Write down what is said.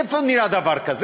איפה נהיה דבר כזה?